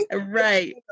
Right